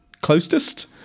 closest